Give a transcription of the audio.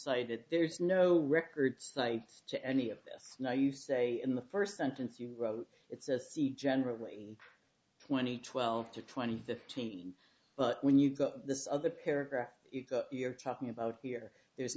say that there's no records cites to any of this now you say in the first sentence you wrote it's a c generally twenty twelve to twenty fifteen but when you've got this other paragraph you're talking about here there's